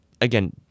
again